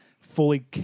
fully